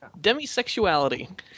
Demisexuality